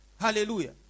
Hallelujah